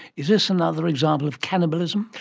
is this another example of cannibalism?